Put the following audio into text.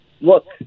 look